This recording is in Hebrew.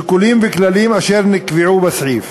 שיקולים וכללים אשר נקבעו בסעיף.